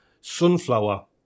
sunflower